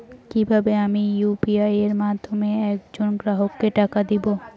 কিভাবে আমি ইউ.পি.আই এর মাধ্যমে এক জন গ্রাহককে টাকা দেবো?